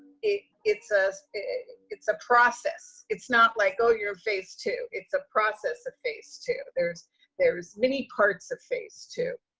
it's it's ah a it's a process. it's not like, oh, you're in phase two. it's a process of phase two. there's there's many parts of phase two.